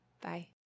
Bye